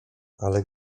ale